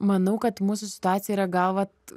manau kad mūsų situacija yra gal vat